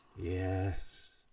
Yes